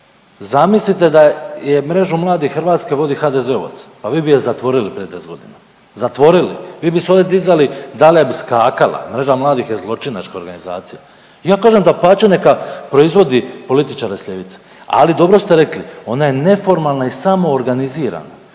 Zamislite da je Mrežom mladih Hrvatske vodi HDZ-ovac, pa vi bi je zatvorili prije 10 godina, zatvorili. Vi bi svoje dizali, Dalija bi skakala, Mreža mladih je zločinačka organizacija. Kažem dapače, neka proizvodi političare s ljevice, ali dobro ste rekli, ona je neformalna i samoorganizirana,